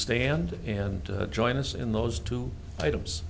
stand and join us in those two items